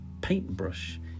paintbrush